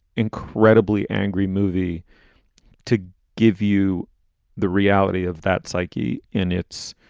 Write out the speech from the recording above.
incredibly angry movie to give you the reality of that psyche in its.